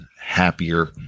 happier